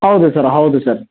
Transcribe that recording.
ಹೌದು ಸರ್ ಹೌದು ಸರ್